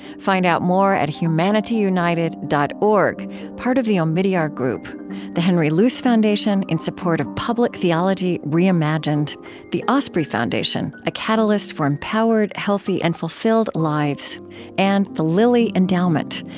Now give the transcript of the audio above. find out more at humanityunited dot part of the omidyar group the henry luce foundation, in support of public theology reimagined the osprey foundation a catalyst for empowered, healthy, and fulfilled lives and the lilly endowment,